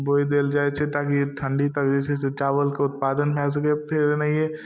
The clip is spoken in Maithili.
बोइ देल जाइ छै ताकि ई ठण्डी तक जे छै से चावलके उत्पादन भए सकै फेर एनाहिये